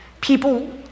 people